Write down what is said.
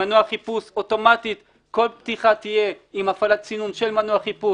מנוע חיפוש שאוטומטית כל פתיחה תהיה עם הפעלת סינון של מנוע חיפוש